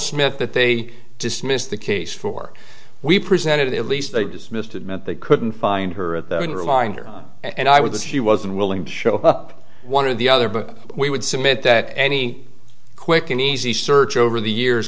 smith that they dismissed the case for we presented at least they dismissed admit they couldn't find her at the reminder and i was he was unwilling to show up one or the other but we would submit that any quick and easy search over the years